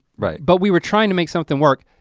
right? but we were trying to make something work.